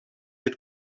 had